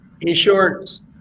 insurance